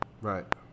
Right